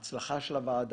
ההצלחה של הוועדה,